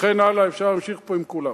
וכן הלאה, אפשר להמשיך פה עם כולם.